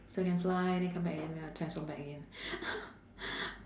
so can fly then come back again and then I'll transform back again